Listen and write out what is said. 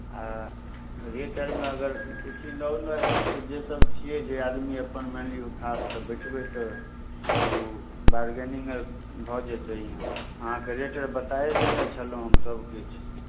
आ रेट आओरमे अगर एन्नऽ ओन्नऽ हेतै तऽ जेसभ छियै जे आदमी अपन मानि लियौ ओ खासके बेचबै तऽ ओ बार्गेनिंग आओर भऽ जेतै हिआँ अहाँकेँ रेट बताए देने छलहुँ हम सभकिछु